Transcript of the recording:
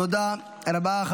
תודה רבה.